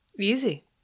Easy